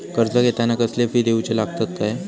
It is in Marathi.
कर्ज घेताना कसले फी दिऊचे लागतत काय?